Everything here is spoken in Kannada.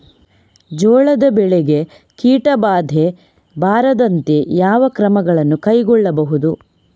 ಜೋಳದ ಬೆಳೆಗೆ ಕೀಟಬಾಧೆ ಬಾರದಂತೆ ಯಾವ ಕ್ರಮಗಳನ್ನು ಕೈಗೊಳ್ಳಬಹುದು?